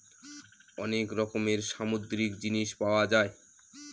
অনেক রকমের সামুদ্রিক জিনিস পাওয়া যায়